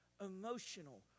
emotional